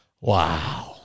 Wow